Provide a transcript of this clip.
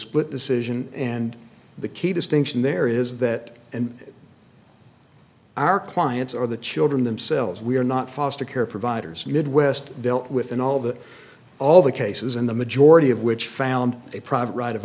split decision and the key distinction there is that and our clients are the children themselves we are not foster care providers midwest dealt with and all that all the cases in the majority of which found a private ri